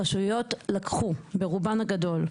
הרשויות ברובן הגדול לקחו,